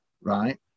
right